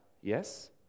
yes